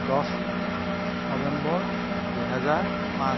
দহ নৱেম্বৰ দুহেজাৰ পাঁচ